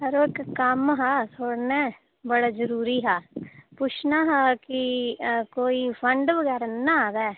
अड़ेओ इक कम्म हा थुआढ़े नै बड़ा जरूरी हा पुच्छना हा कि कोई फंड बगैरा न ना आए दा है